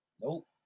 Nope